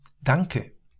Danke